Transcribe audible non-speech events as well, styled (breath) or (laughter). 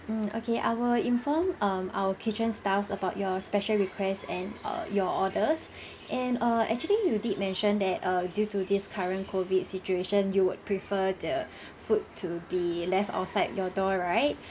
mm okay I will inform um our kitchen staff about your special requests and err your orders (breath) and err actually you did mention that err due to this current COVID situation you would prefer the (breath) food to be left outside your door right